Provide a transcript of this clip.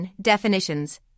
Definitions